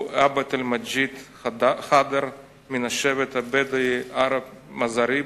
הוא עבד אל-מג'יד ח'דר מן השבט הבדואי ערב-מזאריב,